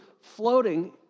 floating